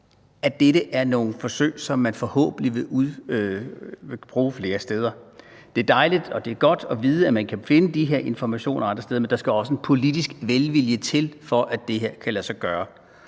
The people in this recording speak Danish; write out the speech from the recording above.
Danmark, er noget, som man forhåbentlig vil bruge flere steder. Det er dejligt, og det er godt at vide, at man kan finde de her informationer andre steder, men der skal også en politisk velvilje til, for at det her kan lade sig gøre.